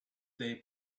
day